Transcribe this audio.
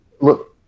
look